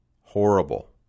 horrible